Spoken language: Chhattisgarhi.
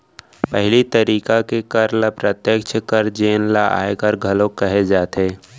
पहिली तरिका के कर ल प्रत्यक्छ कर जेन ल आयकर घलोक कहे जाथे